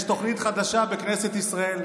יש תוכנית חדשה בכנסת ישראל,